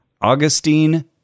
Augustine